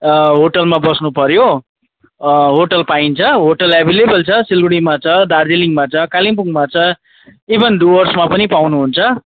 होटलमा बस्नुपऱ्यो होटेल पाइन्छ होटेल एभाइलेबल छ सिलगढीमा छ दार्जिलिङमा छ कालिम्पोङमा छ इभन डुवर्समा पनि पाउनु हुन्छ